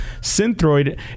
Synthroid